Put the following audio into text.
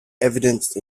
evidenced